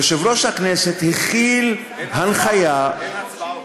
יושב-ראש הכנסת החיל הנחיה, אין הצבעות.